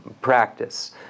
practice